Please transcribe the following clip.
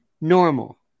Normal